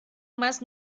más